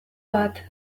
bat